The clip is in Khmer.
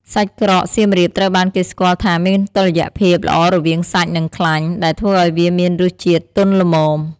សាច់ក្រកសៀមរាបត្រូវបានគេស្គាល់ថាមានតុល្យភាពល្អរវាងសាច់ និងខ្លាញ់ ដែលធ្វើឱ្យវាមានរសជាតិទន់ល្មម។